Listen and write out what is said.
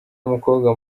mukobwa